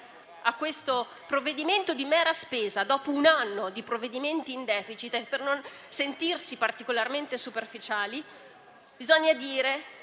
su questo provvedimento di mera spesa, dopo un anno di provvedimenti in *deficit*, e per non sentirsi particolarmente superficiali, dobbiamo